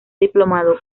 diplomado